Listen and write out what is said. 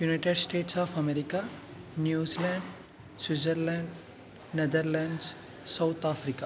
United States of America New Zealand Switzerland Netherlands South Africa